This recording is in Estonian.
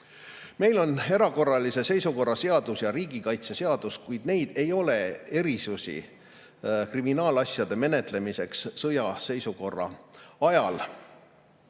Meil on erakorralise seisukorra seadus ja riigikaitseseadus, kuid neis ei ole erisusi kriminaalasjade menetlemiseks sõjaseisukorra ajal.